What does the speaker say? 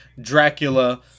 Dracula